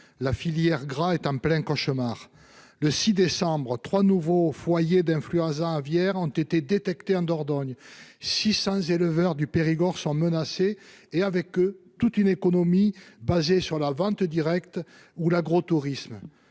la filière gras nage en plein cauchemar. Le 6 décembre, trois nouveaux foyers d'influenza aviaire ont été détectés en Dordogne. Quelque 600 éleveurs du Périgord sont menacés, et avec eux toute une économie basée sur la vente directe ou l'agrotourisme.